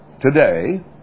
today